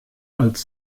als